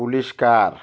police car